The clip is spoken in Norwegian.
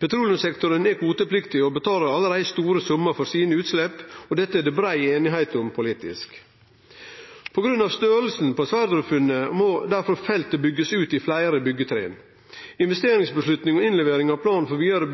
Petroleumssektoren er kvotepliktig og betaler allereie store summar for utsleppa sine, og dette er det brei einigheit om politisk. På grunn av storleiken på Sverdrup-funnet må feltet bli bygt ut i fleire byggjetrinn. Investeringsavgjerd og innlevering av plan for vidare